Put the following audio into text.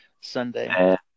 Sunday